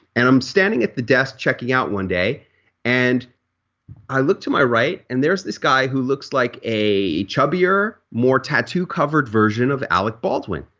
and i'm standing at the desk checking out one day and i look to my right and there's this guy who looks like a chubbier more tattoo covered version of alec baldwin.